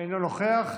אינו נוכח,